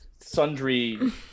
sundry